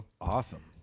awesome